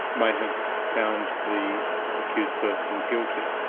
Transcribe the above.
may have found the accused person guilty.